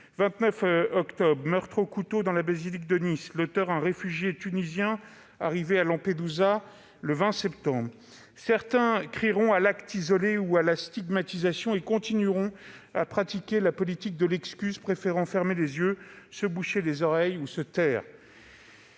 29 octobre : meurtres au couteau dans la basilique de Nice. L'auteur : un réfugié tunisien arrivé à Lampedusa le 20 septembre. Certains crieront à l'acte isolé ou à la stigmatisation, et continueront à pratiquer la politique de l'excuse, préférant fermer les yeux, se boucher les oreilles ou se taire.